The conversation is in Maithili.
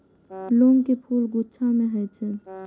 लौंग के फूल गुच्छा मे होइ छै